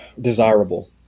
desirable